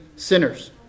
sinners